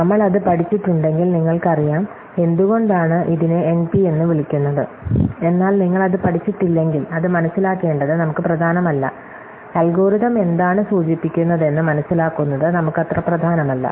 നമ്മൾ അത് പഠിച്ചിട്ടുണ്ടെങ്കിൽ നിങ്ങൾക്കറിയാം എന്തുകൊണ്ടാണ് ഇതിനെ എൻപി എന്ന് വിളിക്കുന്നത് എന്നാൽ നിങ്ങൾ അത് പഠിച്ചിട്ടില്ലെങ്കിൽ അത് മനസ്സിലാക്കേണ്ടത് നമുക്ക് പ്രധാനമല്ല അൽഗോരിതം എന്താണ് സൂചിപ്പിക്കുന്നതെന്ന് മനസിലാക്കുന്നത് നമുക്ക് അത്ര പ്രധാനമല്ല